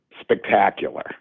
spectacular